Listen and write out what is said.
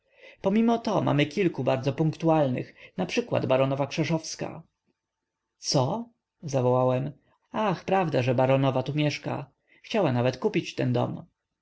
pomimo to mamy kilku bardzo punktualnych naprzykład baronowa krzeszowska co zawołałem ach prawda że baronowa tu mieszka chciała nawet kupić ten dom